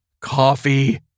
coffee